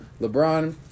LeBron